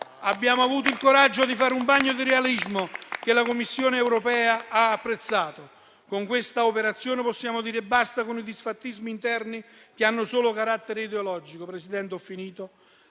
Abbiamo avuto il coraggio di fare un bagno di realismo, che la Commissione europea ha apprezzato. Con questa operazione possiamo dire basta con i disfattismi interni che hanno solo carattere ideologico. La sinistra